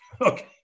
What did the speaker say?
Okay